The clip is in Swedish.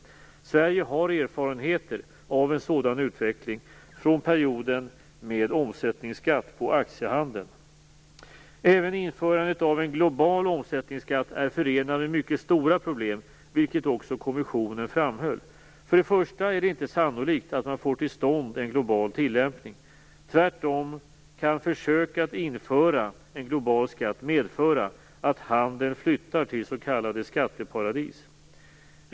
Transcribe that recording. Sverige har erfarenheter av en sådan utveckling från perioden med omsättningsskatt på aktiehandeln. Även införandet av en global omsättningsskatt är förenat med mycket stora problem, vilket också kommissionen framhöll. Först och främst är det inte sannolikt att man får till stånd en global tillämpning. Tvärtom kan försök att införa en global skatt medföra att handeln flyttar till s.k. skatteparadis.